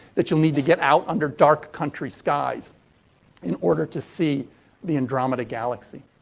that you'll need to get out under dark, country skies in order to see the andromeda galaxy.